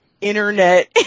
internet